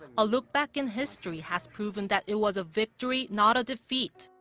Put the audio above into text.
a look back in history has proven that it was a victory, not a defeat,